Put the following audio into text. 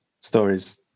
Stories